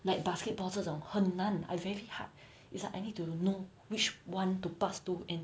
like basketball 这种很难 I very hard it's like I need to know which one to pass to and